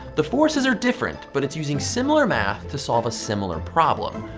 the forces are different, but it's using similar math to solve a similar problem.